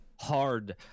Hard